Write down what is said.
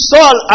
Saul